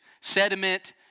sediment